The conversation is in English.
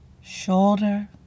shoulder